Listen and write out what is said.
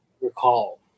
recall